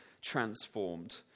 transformed